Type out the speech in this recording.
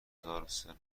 هزاروسیصد